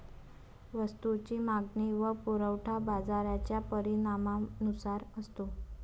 वस्तूची मागणी व पुरवठा बाजाराच्या परिणामानुसार असतो